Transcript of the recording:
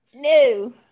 No